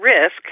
risk